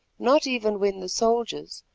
not even when the soldiers,